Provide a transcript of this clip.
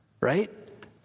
right